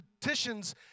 petitions